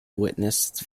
witnessed